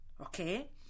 okay